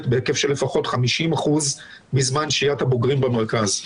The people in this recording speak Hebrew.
בהיקף של לפחות 50% מזמן שהיית הבוגרים במרכז.